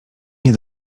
nie